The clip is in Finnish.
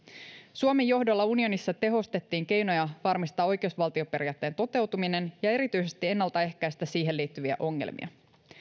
suomen johdolla unionissa tehostettiin keinoja varmistaa oikeusvaltioperiaatteen toteutuminen ja erityisesti ennaltaehkäistä siihen liittyviä ongelmia